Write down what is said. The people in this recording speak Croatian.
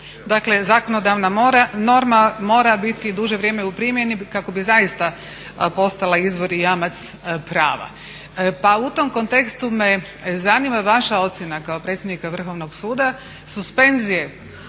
dakle zakonodavna norma mora biti duže vrijeme u primjeni kako bi zaista postala izvor i jamac prava. Pa u tom kontekstu me zanima vaša ocjena kao predsjednika Vrhovnog suda, suspenzije